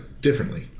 differently